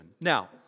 Now